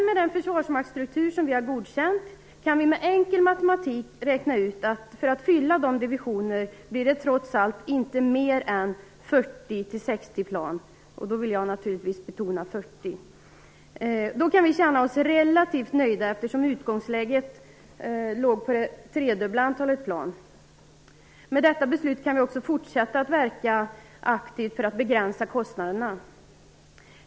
Med den försvarsmaktsstruktur som vi har godkänt kan vi dock med enkel matematik räkna ut att för att fylla de berörda divisionerna blir det trots allt inte mer än 40-60 plan - och då vill jag naturligtvis mest betona antalet 40. Vi kan känna oss relativt nöjda med det, eftersom utgångsläget var det trefaldiga antalet plan. Med detta beslut kan vi också fortsätta att verka aktivt för att begränsa kostnaderna.